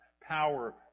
power